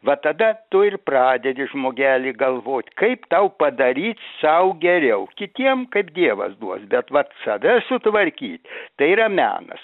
va tada tu ir pradedi žmogeli galvot kaip tau padaryt sau geriau kitiems kai dievas duos bet vat save sutvarkyt tai yra menas